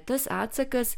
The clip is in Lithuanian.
tas atsakas